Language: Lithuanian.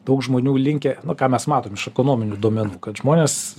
daug žmonių linkę nu ką mes matom iš ekonominių duomenų kad žmonės